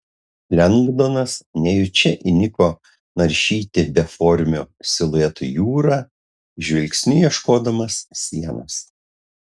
lengdonas nejučia įniko naršyti beformių siluetų jūrą žvilgsniu ieškodamas sienos